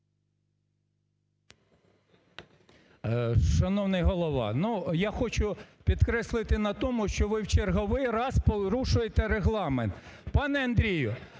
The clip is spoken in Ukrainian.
Шановний Голова, ну, я хочу підкреслити на тому, що ви в черговий раз порушуєте Регламент. Пане Андрію,